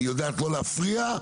היא יודעת לא להפריע,